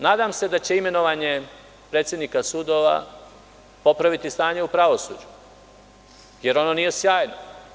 Nadam se da će imenovanje predsednika sudova popraviti stanje u pravosuđu, jer ono nije sjajno.